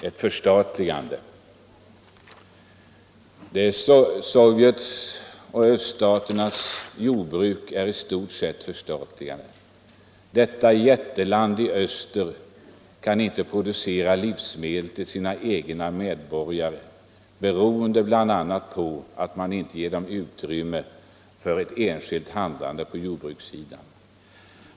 Herr Lorentzon talade även om förstatligande. Sovjets och öststaternas jordbruk är i stort sett förstatligat. Jättelandet i öster kan inte producera livsmedel till sina egna medborgare beroende på att man inte ger utrymme för ett enskilt handlande på jordbrukssidan.